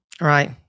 Right